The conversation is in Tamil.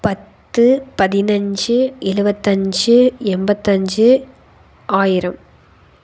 பத்து பதினைஞ்சி எழுவத்தஞ்சி எண்பத்தஞ்சி ஆயிரம்